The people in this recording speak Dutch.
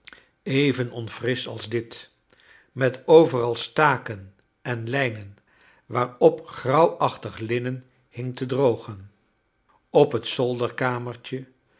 even onfrisch als dit met overal s taken en lijnen waarop grauwachtig linnen hing te drogen op het zolderkamertje